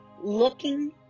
Looking